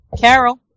Carol